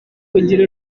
kugira